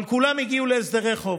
אבל כולם הגיעו להסדרי חוב.